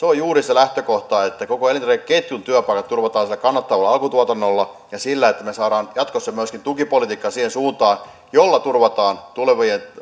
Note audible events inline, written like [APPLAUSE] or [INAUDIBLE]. [UNINTELLIGIBLE] on juuri se lähtökohta että koko elintarvikeketjun työpaikat turvataan sillä kannattavalla alkutuotannolla ja sillä että me saamme jatkossa myöskin tukipolitiikan siihen suuntaan jolla turvataan myöskin tulevien